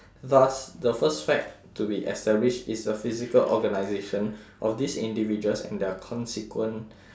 thus the first fact to be established is the physical organisation of these individuals and their consequent